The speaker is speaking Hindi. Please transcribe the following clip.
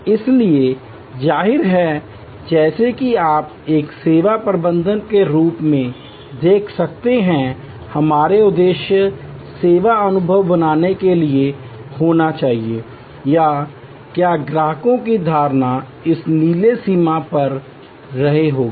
इसलिए जाहिर है जैसा कि आप एक सेवा प्रबंधक के रूप में देख सकते हैं हमारा उद्देश्य सेवा अनुभव बनाने के लिए होना चाहिए क्या ग्राहकों की धारणा इस नीली सीमा से परे होगी